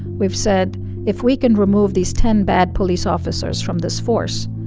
we've said if we can remove these ten bad police officers from this force,